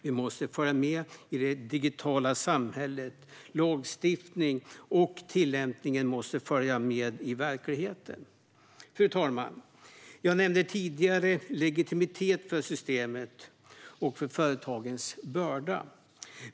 Vi måste följa med i det digitala samhället. Lagstiftningen och tillämpningen måste följa med i verkligheten. Fru talman! Jag nämnde tidigare legitimitet för systemet och för företagens börda.